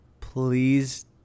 Please